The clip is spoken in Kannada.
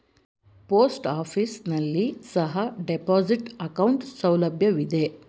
ಪೋಸ್ಟ್ ಆಫೀಸ್ ನಲ್ಲಿ ಸಹ ಡೆಪಾಸಿಟ್ ಅಕೌಂಟ್ ಸೌಲಭ್ಯವಿದೆ